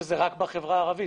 וזה רק בחברה הערבית.